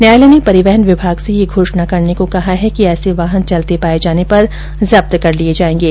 न्यायालय ने परिवहन विभाग से ये घोषणा करने को कहा है कि ऐसे वाहन चलते पाये जाने पर जब्त कर लिये जायेंगे